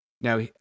Now